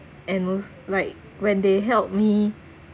and als~ like when they helped me